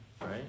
right